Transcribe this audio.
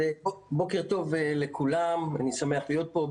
בוקר טוב לכולם, אני שמח להיות פה.